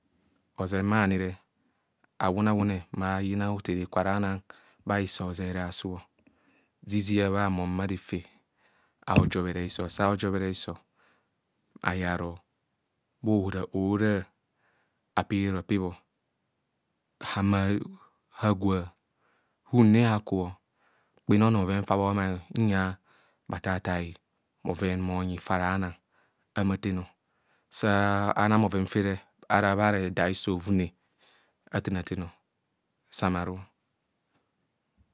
Ozeng bhanire, awune awune mma ayina hothene kwara anang bha hisi oʒene asu zizia bha mam. bhare fe, aojebherr hisi sa ojebhere ho ayeng aro bhaohora hora, apip repid. Hamma harub hagws. hunne aku, kpene onoo bboven fa bhomai nzia bhathaithai bhoven bhonyi fa ara anang ahumo athenọ sa anang bhoven ferr araa bhaa redaa hisi ovie, athen athen.